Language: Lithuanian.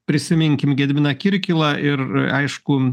prisiminkim gediminą kirkilą ir aišku